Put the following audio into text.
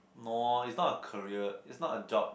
no is not a career is not a job